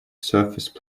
surface